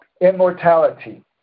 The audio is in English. Immortality